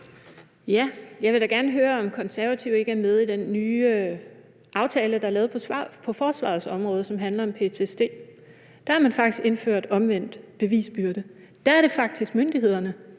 Jeg vil da gerne høre, om Konservative ikke er med i den nye aftale, der er lavet på forsvarsområdet, som handler om ptsd. Der har man faktisk indført omvendt bevisbyrde. Der er det faktisk myndighederne,